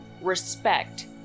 respect